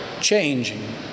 changing